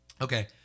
Okay